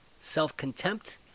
self-contempt